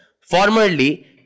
Formerly